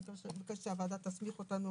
אני מבקשת שהוועדה תסמיך אותנו